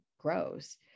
grows